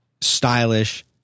stylish